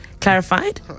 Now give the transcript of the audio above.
clarified